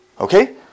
Okay